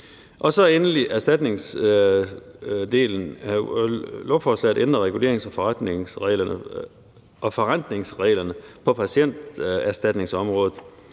er der endelig erstatningsdelen. Lovforslaget ændrer regulerings- og forrentningsreglerne på patienterstatningsområdet.